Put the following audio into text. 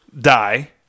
die